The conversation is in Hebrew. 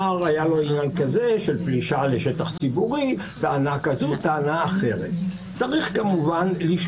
ואני אתייחס אליה תכף שבמצבים מאוד מאוד קיצוניים צריכה להיות דרך